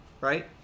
right